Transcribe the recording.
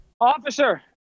Officer